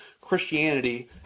Christianity